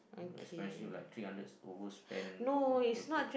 expensive like three hundreds over spent no good